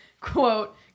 quote